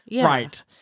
Right